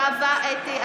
נגד שלמה קרעי,